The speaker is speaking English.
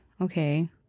okay